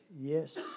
yes